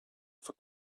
for